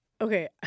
Okay